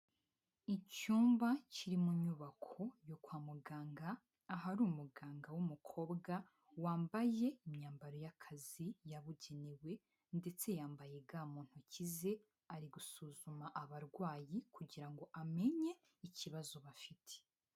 Icyumba kiri mu nyubako yo kwa muganga, ahari umuganga w'umukobwa wambaye imyambaro y'akazi yabugenewe ndetse yambaye ga mu ntoki ze ari gusuzuma abarwayi kugira ngo amenye ikibazo bafite.